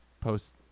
post